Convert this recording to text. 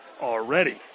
already